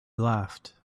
laughed